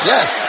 Yes